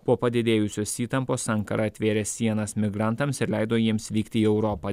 po padidėjusios įtampos ankara atvėrė sienas migrantams ir leido jiems vykti į europą